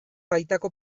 baitako